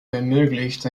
ermöglicht